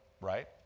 right